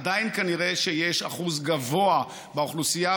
עדיין כנראה יש אחוז גבוה באוכלוסייה,